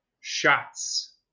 Shots